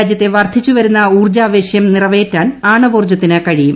രാജ്യത്തെ വർദ്ധിച്ച് വരുന്ന ഊർജ്ജാവശ്യം നിറവേറ്റാൻ ആണവോർജ്ജത്തിന് കഴിയും